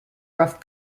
rough